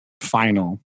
final